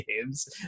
games